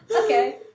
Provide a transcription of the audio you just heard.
Okay